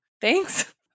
Thanks